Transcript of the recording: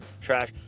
trash